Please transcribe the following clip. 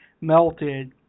melted